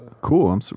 Cool